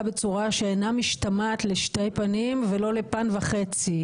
בצורה שאינה משתמעת לשתי פנים ולא לפן וחצי,